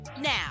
now